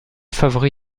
favori